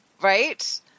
right